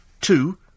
Two